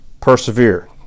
persevere